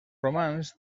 romans